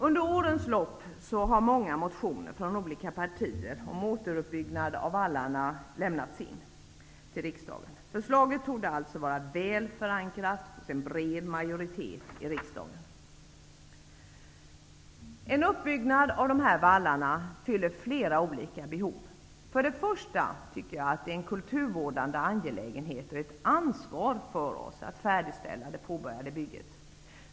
Under årens lopp har olika partier väckt många motioner om återuppbyggnaden av vallarna. Framlagda förslag torde alltså vara väl förankrat hos en bred majoritet i riksdagen. En uppbyggnad av de här vallarna fyller flera olika behov. För det första tycker jag att det är en kulturvårdande angelägenhet och ett ansvar för oss att färdigställa det påbörjade bygget.